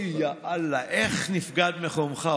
אוי, יא אללה, איך נפקד מקומך.